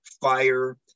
fire